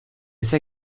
sei